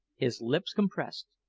his lips compressed,